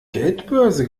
geldbörse